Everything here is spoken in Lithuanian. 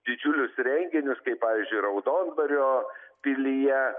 didžiulius renginius kaip pavyzdžiui raudondvario pilyje